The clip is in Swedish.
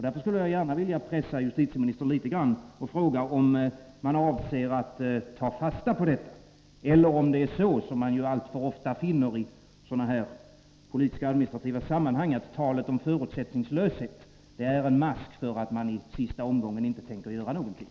Jag skulle därför gärna vilja pressa justitieministern litet grand och fråga om man avser att ta fasta på detta eller om — vilket man alltför ofta finner i sådana här politisk-administrativa sammanhang — talet om förutsättningslöshet är en mask för att man i sista omgången inte tänker göra någonting.